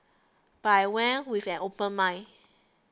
but I went with an open mind